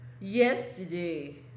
yesterday